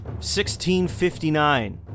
1659